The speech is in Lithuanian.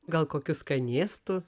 gal kokiu skanėstu